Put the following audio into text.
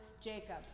Jacob